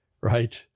right